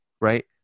right